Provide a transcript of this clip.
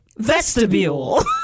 vestibule